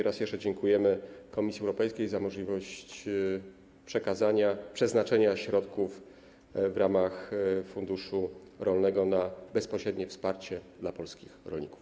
Raz jeszcze dziękujemy Komisji Europejskiej za możliwość przekazania, przeznaczenia środków w ramach funduszu rolnego na bezpośrednie wsparcie dla polskich rolników.